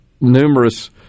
numerous